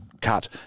cut